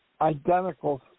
identical